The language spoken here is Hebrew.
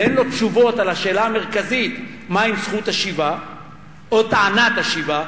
ואין לו תשובות על השאלה המרכזית מה עם זכות השיבה או טענת השיבה,